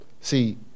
See